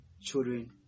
children